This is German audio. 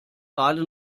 gerade